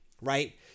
right